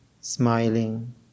smiling